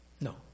No